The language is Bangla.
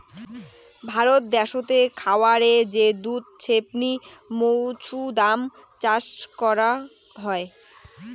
ভারত দ্যাশোতে খায়ারে যে দুধ ছেপনি মৌছুদাম চাষ করাং হই